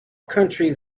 countries